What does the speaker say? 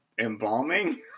embalming